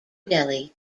delhi